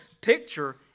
picture